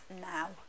now